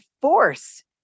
force